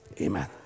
Amen